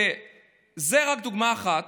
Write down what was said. וזו רק דוגמה אחת.